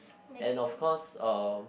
and of course uh